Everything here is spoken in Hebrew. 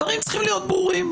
הדברים צריכים להיות ברורים,